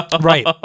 right